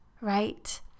right